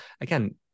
again